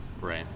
Right